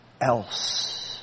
else